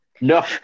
No